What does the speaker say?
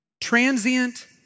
Transient